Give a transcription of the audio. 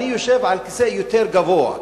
אני יושב על כיסא יותר גבוה.